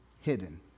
hidden